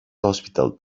hospital